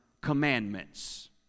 commandments